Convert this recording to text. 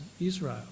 Israel